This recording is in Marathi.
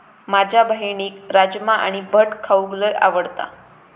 माझ्या बहिणीक राजमा आणि भट खाऊक लय आवडता